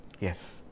Yes